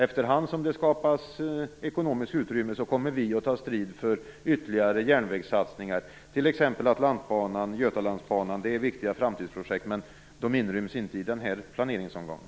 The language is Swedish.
Efter hand som det skapas ekonomiskt utrymme kommer vi att ta strid för ytterligare järnvägssatsningar, t.ex. Atlantbanan och Götalandsbanan. De är viktiga framtidsprojekt, men de ryms inte i den här planeringsomgången.